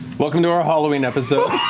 welcome to our halloween episode.